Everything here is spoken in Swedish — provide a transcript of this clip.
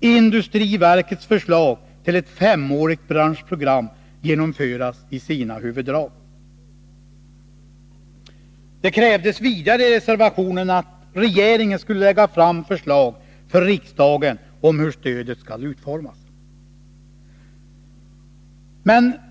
industriverkets förslag till ett femårigt branschprogram genomföras i sina huvuddrag. Det krävdes vidare i reservationen att regeringen skulle lägga fram förslag för riksdagen om hur stödet skall utformas.